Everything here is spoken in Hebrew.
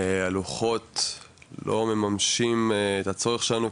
הלוחות לא מממשים את הצורך שלנו,